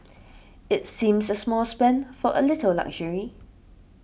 it seems a small spend for a little luxury